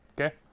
okay